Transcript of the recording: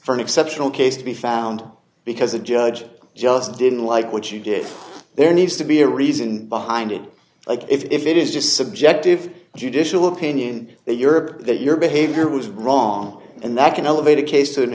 for an exceptional case to be found because a judge just didn't like what you did there needs to be a reason behind it like if it is just subjective judicial opinion that europe that your behavior was wrong and that can elevate a case